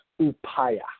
upaya